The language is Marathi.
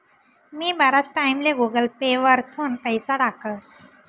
मी बराच टाईमले गुगल पे वरथून पैसा टाकस